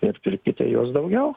ir pirkite jos daugiau